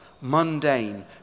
mundane